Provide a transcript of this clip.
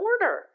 order